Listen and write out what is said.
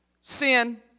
sin